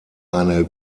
eine